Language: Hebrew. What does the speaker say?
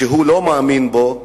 שהוא לא מאמין בו,